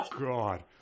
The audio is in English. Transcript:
God